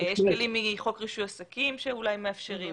כלים מחוק רישוי עסקים שמאפשרים,